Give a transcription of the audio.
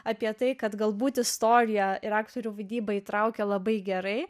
apie tai kad galbūt istorija ir aktorių vaidyba įtraukia labai gerai